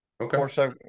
Okay